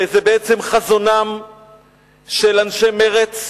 שהם בעצם חזונם של אנשי מרצ,